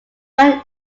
when